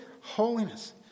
holiness